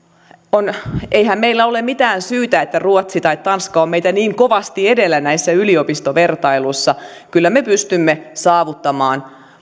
eihän meillä ole mitään syytä että ruotsi tai tanska on meitä niin kovasti edellä näissä yliopistovertailussa kyllä me pystymme saavuttamaan